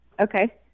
Okay